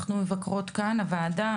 אנחנו נבקר שם עם הוועדה,